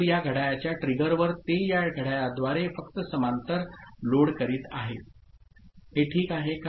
तर या घड्याळाच्या ट्रिगरवर ते या घड्याळाद्वारे फक्त समांतर लोड करीत आहेत हे ठीक आहे का